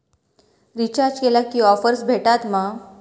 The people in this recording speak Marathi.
रिचार्ज केला की ऑफर्स भेटात मा?